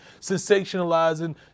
sensationalizing